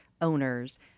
owners